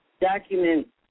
document